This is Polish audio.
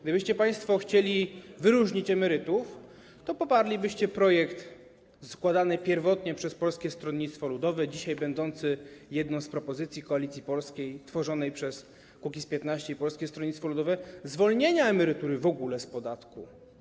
Gdybyście państwo chcieli wyróżnić emerytów, to poparlibyście projekt składany pierwotnie przez Polskie Stronnictwo Ludowe, dzisiaj będący jedną z propozycji Koalicji Polskiej tworzonej przez Kukiz’15 i Polskie Stronnictwo Ludowe, dotyczący zwolnienia emerytury w ogóle z podatku.